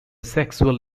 sexual